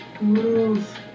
move